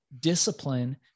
discipline